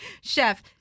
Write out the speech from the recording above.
Chef